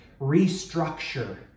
restructure